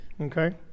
okay